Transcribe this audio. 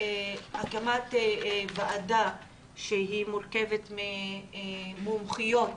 הקמת ועדה שמורכבת ממומחיות,